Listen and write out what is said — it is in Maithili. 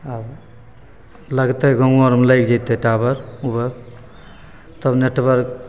आब लागतै गामो आओरमे लागि जएतै टावर उवर तब नेटवर्क